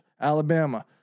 Alabama